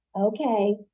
okay